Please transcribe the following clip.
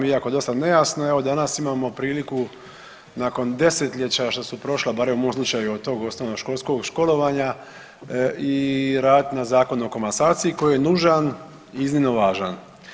Iako dosta nejasno evo danas imamo priliku nakon desetljeća što su prošla barem u mom slučaju od tog osnovnoškolskog školovanja i raditi na Zakonu o komasaciji koji je nužan i iznimno važan.